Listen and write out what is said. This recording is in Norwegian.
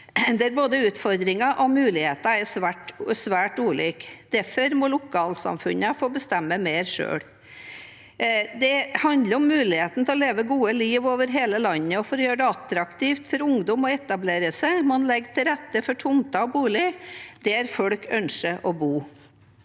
der både utfordringer og muligheter er svært ulike. Derfor må lokalsamfunnene få bestemme mer selv. Det handler om muligheten til å leve et godt liv over hele Norge. For å gjøre det attraktivt for ungdom å etablere seg må det legges til rette for tomter og boliger der folk ønsker å bo.